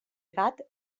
gat